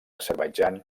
azerbaidjan